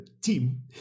team